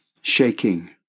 shaking